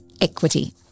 equity